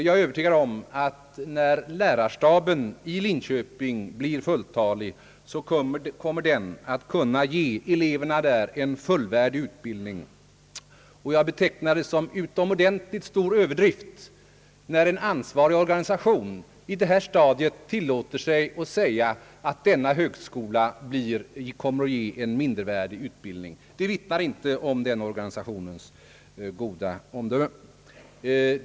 Jag är övertygad om att när lärarstaben i Linköping blir fulltalig kommer den att kunna ge eleverna där en fullvärdig utbildning. Jag betecknar det som en utomordentligt stor överdrift när en ansvarig organisation på detta stadium tillåter sig att säga, att denna högskola kommer att ge en mindervärdig utbildning. Det vittnar inte om den organisationens goda omdöme.